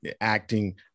acting